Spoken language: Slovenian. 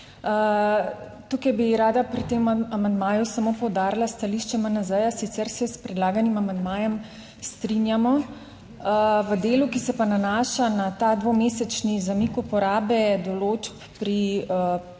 Tukaj bi rada pri tem amandmaju samo poudarila stališče MNZ, sicer se s predlaganim amandmajem strinjamo, v delu ki se pa nanaša na ta dvomesečni zamik uporabe določb pri prehodih